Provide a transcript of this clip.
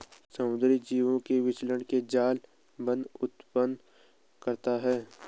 समुद्री जीवों के विचरण में जाल बाधा उत्पन्न करता है